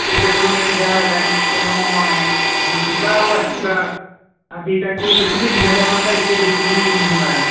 ସେଇ petrol rate ଯାହା ହେଲାଣି ତେଣୁ ମୁଁ ଯିବା ଆଉ ଆସିବା ଦୁଇଟାକୁ ହି ଦେଖିଲେ ଦୁଇ ହଜାର ଟଙ୍କା ଏତେ ବେଶୀ ବି ନୁହେଁ ମ୍ୟାଡ଼ମ୍